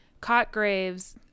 Cotgrave's